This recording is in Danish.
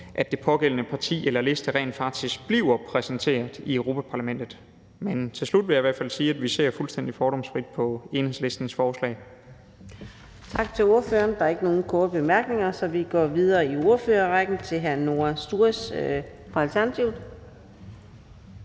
at det pågældende parti eller den pågældende liste rent faktisk bliver præsenteret i Europa-Parlamentet. Men til slut vil jeg i hvert fald sige, at vi ser fuldstændig fordomsfrit på Enhedslistens forslag. Kl. 18:22 Fjerde næstformand (Karina Adsbøl): Tak til ordføreren. Der er ikke nogen korte bemærkninger, så vi går videre i ordførerrækken til hr. Noah Sturis fra Alternativet.